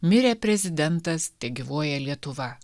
mirė prezidentas tegyvuoja lietuva